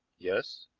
yes.